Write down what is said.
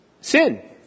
sin